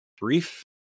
brief